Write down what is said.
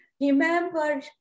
remember